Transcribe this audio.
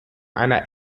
einer